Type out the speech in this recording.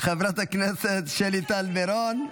חברת הכנסת שלי טל מירון,